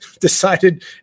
decided